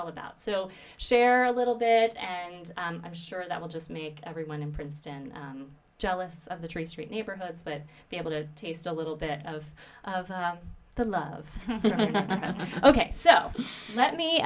all about so share a little bit and i'm sure that will just make everyone in princeton jealous of the tree street neighborhoods but be able to taste a little bit of the love ok so let me